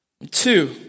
Two